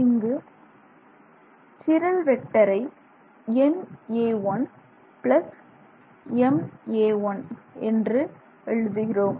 இங்கு சிரல் வெக்டரை na1ma1 என்று எழுதுகிறோம்